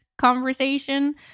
conversation